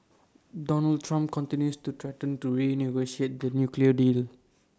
Donald Trump continues to threaten to renegotiate the nuclear deal